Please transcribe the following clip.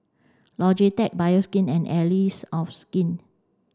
logitech Bioskin and Allies of Skin